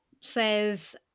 says